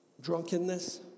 Drunkenness